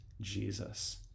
jesus